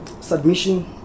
submission